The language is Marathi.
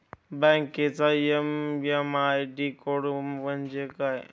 बँकेचा एम.एम आय.डी कोड म्हणजे काय?